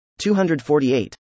248